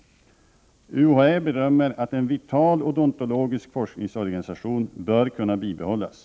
UHÄ bedömer att en vital odontologisk forskningsorganisation bör kunna bibehållas.